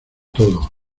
todo